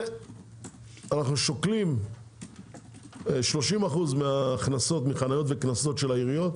ואנחנו שוקלים 30% מההכנסות מחניות וקנסות של העיריות